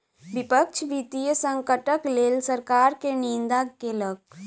विपक्ष वित्तीय संकटक लेल सरकार के निंदा केलक